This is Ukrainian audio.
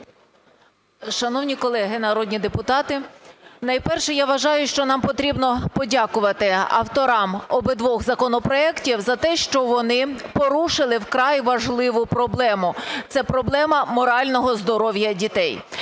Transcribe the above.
Шановні колеги народні депутати, найперше – я вважаю, що нам потрібно подякувати авторам обидвох законопроектів за те, що вони порушили вкрай важливу проблему – це проблема морального здоров'я дітей.